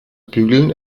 bügeln